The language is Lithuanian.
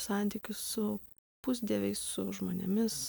santykius su pusdieviais žmonėmis